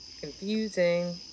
confusing